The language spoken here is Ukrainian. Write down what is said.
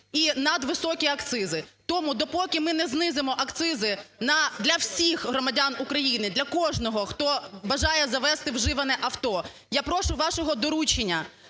і надвисокі акцизи. Тому, допоки ми не знизимо акцизи для всіх громадян України, для кожного, хто бажає завезти вживане авто, я прошу вашого доручення,